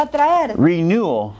renewal